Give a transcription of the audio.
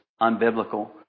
unbiblical